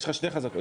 יש לך שתי חזקות.